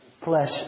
Flesh